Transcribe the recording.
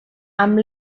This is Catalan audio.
amb